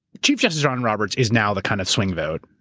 chief justice john roberts is now the kind of swing vote,